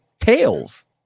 tails